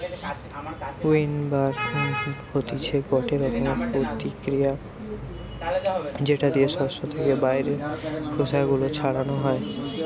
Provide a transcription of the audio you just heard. উইন্নবার হতিছে গটে রকমের প্রতিক্রিয়া যেটা দিয়ে শস্য থেকে বাইরের খোসা গুলো ছাড়ানো হয়